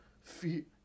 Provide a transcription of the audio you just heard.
feet